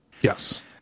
Yes